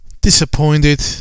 Disappointed